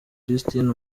christine